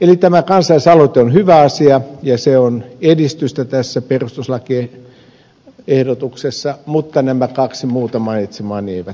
eli tämä kansalaisaloite on hyvä asia ja se on edistystä tässä perustuslakiehdotuksessa mutta nämä kaksi muuta mainitsemaani eivät sitä ole